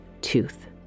tooth